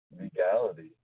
legality